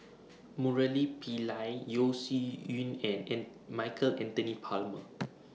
Murali Pillai Yeo Shih Yun and An Michael Anthony Palmer